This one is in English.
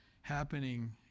happening